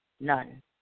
none